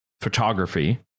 photography